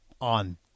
on